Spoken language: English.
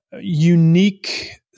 unique